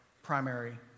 primary